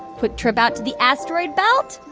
quick trip out to the asteroid belt?